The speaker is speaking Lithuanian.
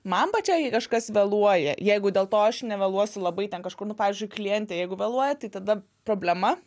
man pačiai jei kažkas vėluoja jeigu dėl to aš nevėluosiu labai ten kažkur nu pavyzdžiui klientė jeigu vėluoja tai tada problema